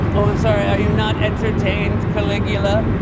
um i'm sorry. are you not entertained, caligula?